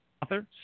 Author